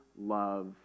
love